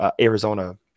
Arizona